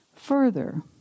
Further